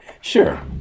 Sure